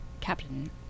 Captain